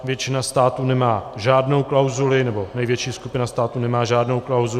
Většina států nemá žádnou klauzuli, nebo největší skupina států nemá žádnou klauzuli.